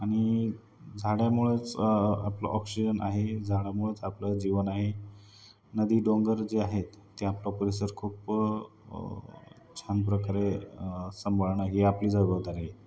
आणि झाडामुळेच आपलं ऑक्सिजन आहे झाडामुळेच आपलं जीवन आहे नदी डोंगर जे आहेत ते आपलं परिसर खूप छान प्रकारे संभाळणं ही आपली जबाबदारी आहे